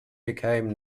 became